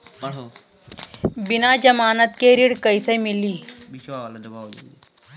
बिना जमानत के ऋण कईसे मिली?